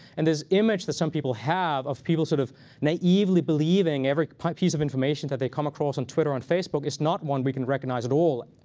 and this image that some people have of people sort of naively believing every piece of information that they come across on twitter, on facebook, is not one we can recognize at all.